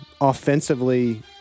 offensively